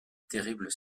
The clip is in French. terrible